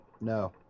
No